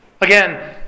Again